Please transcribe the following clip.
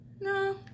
No